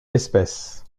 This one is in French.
espèces